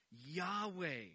Yahweh